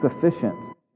sufficient